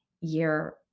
year